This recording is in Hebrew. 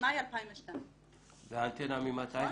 במאי 2002. והאנטנה ממתי?